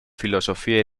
filosofía